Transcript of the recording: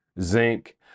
zinc